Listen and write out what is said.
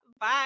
bye